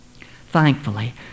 Thankfully